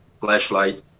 flashlight